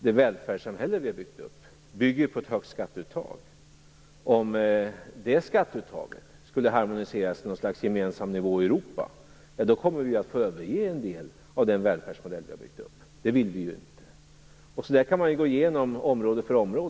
Det välfärdssamhälle vi har byggt upp grundar sig på ett högt skatteuttag. Om det skatteuttaget skulle harmoniseras till något slags gemensam nivå i Europa kommer vi att få överge en del av den välfärdsmodell vi har byggt upp. Det vill vi inte. Så där kan jag gå igenom område för område.